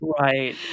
Right